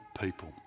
people